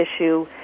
issue